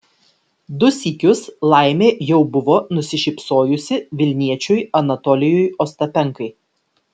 du sykius laimė jau buvo nusišypsojusi vilniečiui anatolijui ostapenkai